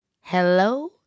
Hello